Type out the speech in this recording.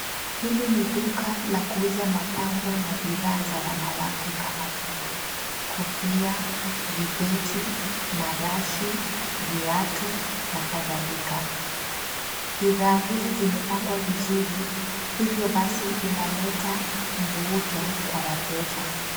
Hili ni duka la kuuza mapambo na bidhaa za wanawake kama vile: kofia, vibeti, marashi, viatu na kadhalika. Bidhaa hizi zimepangwa vizuri, hivyo basi inaleta mvuto kwa wateja.